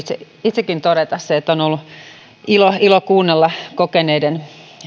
itsekin todeta että on ollut ilo ilo kuunnella meidän kokeneiden